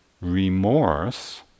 remorse